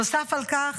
"נוסף על כך,